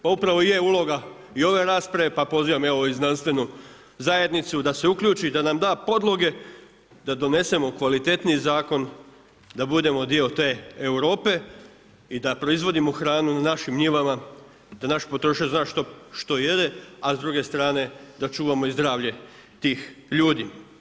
Pa upravo je uloga i ove rasprave, pa pozivam evo i znanstvenu zajednicu da se uključi, da nam da podloge da donesemo kvalitetniji zakon da budemo dio te Europe i da proizvodimo hranu na našim njivama, da naš potrošač zna što jede, a s druge strane da čuvamo i zdravlje tih ljudi.